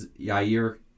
Yair